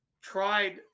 tried